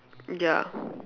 ya